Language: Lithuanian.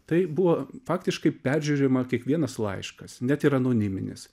tai buvo faktiškai peržiūrima kiekvienas laiškas net ir anoniminis